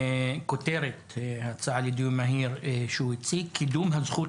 כותרת ההצעה לדיון מהיר שהוא הציג: קידום הזכות